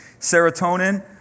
Serotonin